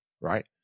right